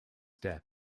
death